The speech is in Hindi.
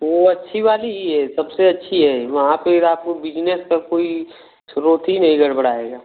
वह अच्छी वाली ही है सबसे अच्छी है वहाँ फिर आपको बिजनेस का कोई स्रोत ही नहीं गड़बड़ाएगा